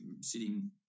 sitting